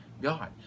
God